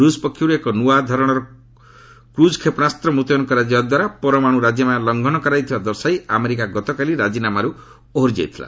ରୁଷ ପକ୍ଷରୁ ଏକ ନୂଆ ଧରଣର କୁଇଜ୍ କ୍ଷେପଶାସ୍ତ ମୁତୟନ କରାଯିବା ଦ୍ୱାରା ପରମାଣୁ ରାଜିନାମା ଲଙ୍ଘନ କରାଯାଇଥିବା ଦର୍ଶାଇ ଆମେରିକା ଗତକାଲି ରାଜିନାମାରୁ ଓହରି ଯାଇଥିଲା